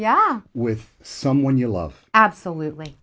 yeah with someone you love absolutely